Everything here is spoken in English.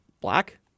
black